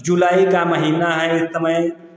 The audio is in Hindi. जुलाई का महीना है इस समय